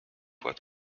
what